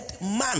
man